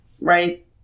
right